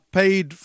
paid